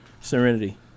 Serenity